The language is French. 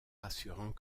rassurant